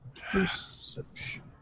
Perception